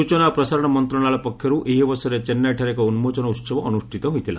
ସୂଚନା ଓ ପ୍ରସାରଣ ମନ୍ତ୍ରଣାଳୟ ପକ୍ଷରୁ ଏହି ଅବସରରେ ଚେନ୍ନାଇଠାରେ ଏକ ଉନ୍କୋଚନ ଉହବ ଅନୁଷ୍ଠିତ ହୋଇଥିଲା